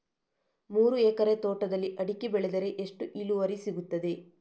ಮೂರು ಎಕರೆ ತೋಟದಲ್ಲಿ ಅಡಿಕೆ ಬೆಳೆದರೆ ಎಷ್ಟು ಇಳುವರಿ ಸಿಗುತ್ತದೆ?